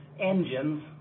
engines